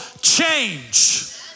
change